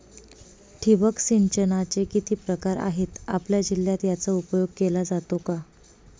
ठिबक सिंचनाचे किती प्रकार आहेत? आपल्या जिल्ह्यात याचा उपयोग केला जातो का?